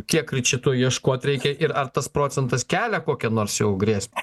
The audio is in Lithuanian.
kiek čia tų ieškot reikia ir ar tas procentas kelia kokią nors jau grės